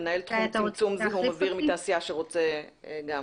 מנהל תחום צמצום זיהום אוויר מתעשייה שגם רוצה להתייחס,